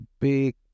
big